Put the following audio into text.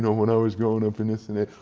when i was growing up and this and that.